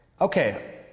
Okay